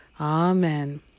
Amen